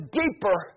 deeper